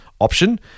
option